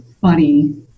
funny